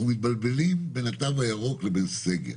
אנחנו מתבלבלים בין התו הירוק לבין סגר.